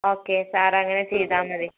okay sir അങ്ങനെ ചെയ്താൽ മതി